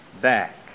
back